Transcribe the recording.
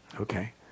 Okay